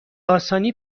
آسانی